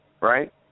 Right